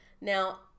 Now